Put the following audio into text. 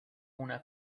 una